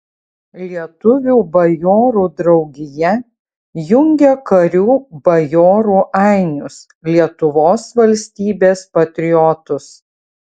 lietuvių bajorų draugija jungia karių bajorų ainius lietuvos valstybės patriotus